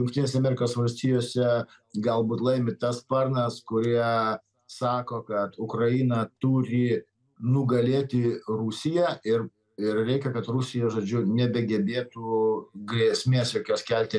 jungtinėse amerikos valstijose galbūt laimi tas sparnas kurie sako kad ukraina turi nugalėti rusiją ir ir reikia kad rusija žodžiu nebegebėtų grėsmės jokios kelti